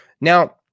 Now